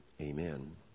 Amen